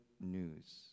news